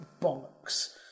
bollocks